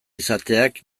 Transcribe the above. izateak